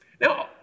Now